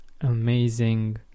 amazing